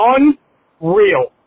Unreal